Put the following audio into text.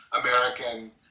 American